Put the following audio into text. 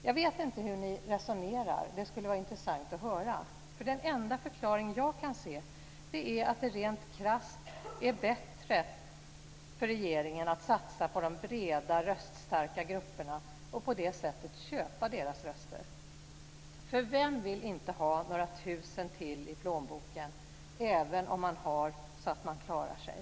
Jag vet inte hur ni resonerar, och det skulle vara intressant att få höra. Den enda förklaring jag kan se är att det rent krasst är bättre för regeringen att satsa på de breda röststarka grupperna och på det sättet köpa deras röster. För vem vill inte ha några tusen till i plånboken även om man har så att man klarar sig?